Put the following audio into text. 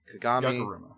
Kagami